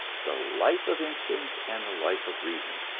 the life of instinct and the life of reason.